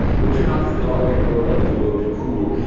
would turn off the galway road onto the road to coole,